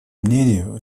мнению